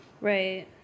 Right